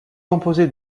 composé